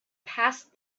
passed